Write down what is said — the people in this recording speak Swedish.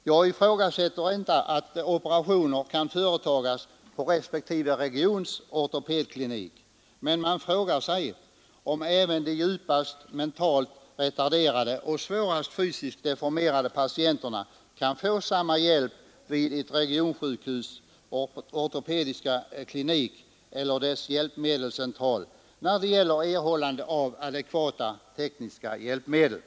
Jag ifrågasätter inte att operationer kan företas på respektive regions ortopedklinik, men man frågar sig om även de djupast mentalt retarderade och svårast fysikt deformerade patienterna kan få samma hjälp på den ortopediska kliniken vid ett regionsjukhus eller vid sjukhusets hjälpmedelscentral när det gäller att erhålla adekvata tekniska hjälpmedel.